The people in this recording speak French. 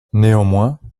néanmoins